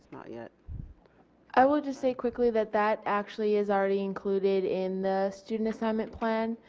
yeah i will just say quickly that that actually is already included in the student assignment plan.